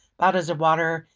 bodies of water,